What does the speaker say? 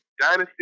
dynasty